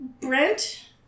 Brent